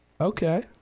okay